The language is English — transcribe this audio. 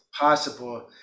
possible